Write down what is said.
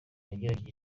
yagerageje